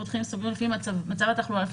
פותחים סוגרים לפי מצב התחלואה,